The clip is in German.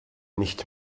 nicht